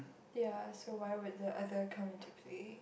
ya so why would the other come into play